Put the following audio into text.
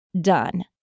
done